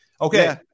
Okay